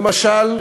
למשל,